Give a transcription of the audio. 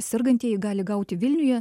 sergantieji gali gauti vilniuje